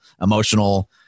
emotional